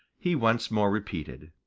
he once more repeated,